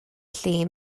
llun